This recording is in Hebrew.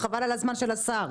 חבל על הזמן של השר.